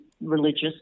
religious